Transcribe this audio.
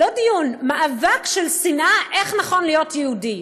לא דיון, מאבק של שנאה, איך נכון להיות יהודי.